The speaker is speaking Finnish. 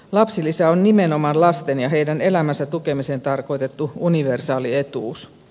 lapsilisä on nimenomaan lasten ja heidän elämänsä tukemiseen tarkoitettu universaali etuus